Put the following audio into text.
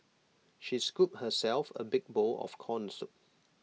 she scooped herself A big bowl of Corn Soup